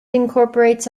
incorporates